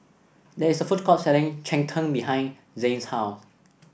there is a food court selling Cheng Tng behind Zayne's house